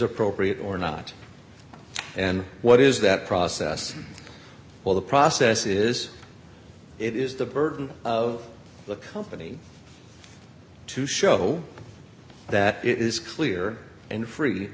appropriate or not and what is that process well the process is it is the burden of the company to show that it is clear and free